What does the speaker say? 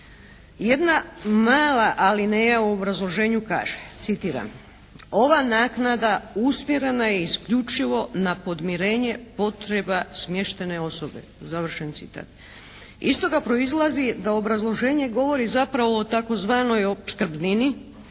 Jedna mala alineja u obrazloženju kaže, citiram: "Ova naknada usmjerena je isključivo na podmirenje potreba smještene osobe.". Iz toga proizlazi da obrazloženje govori zapravo o tzv. opskrbnini